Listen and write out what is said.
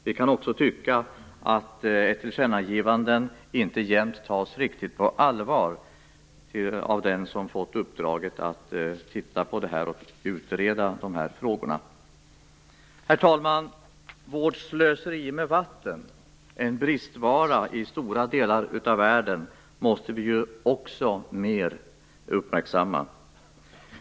Vi kan också tycka att ett tillkännagivande inte alltid tas riktigt på allvar av den som fått i uppdrag att utreda frågorna. Herr talman! Vårt slöseri med vatten - en bristvara i stora delar av världen - måste vi också mer uppmärksamma.